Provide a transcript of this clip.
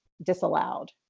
disallowed